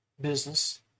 Business